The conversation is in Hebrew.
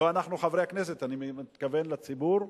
לא אנחנו, חברי הכנסת, אני מתכוון לציבור,